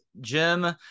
Jim